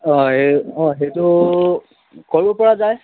অঁ এই অঁ সেইটো কৰিব পৰা যায়